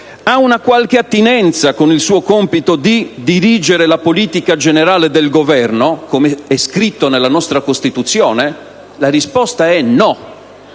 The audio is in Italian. ha una qualche attinenza con il suo compito di "dirigere la politica generale del Governo", come è detto nella nostra Costituzione? La risposta è no.